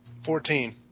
Fourteen